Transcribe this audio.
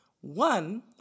one